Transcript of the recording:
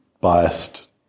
biased